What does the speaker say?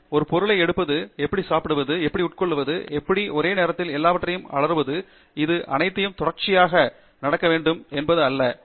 நான் ஒரு பொருளை எடுப்பது எப்படி சாப்பிடுவது எப்படி உருட்டிக்கொள்வது எப்படி ஒரே நேரத்தில் எல்லாவற்றையும் அலறுவது இது ஒரு காட்சியில் அவசியம் இல்லை என்று எப்படிக் கற்றுக் கொள்வது என்று கற்றுக் கொண்டேன்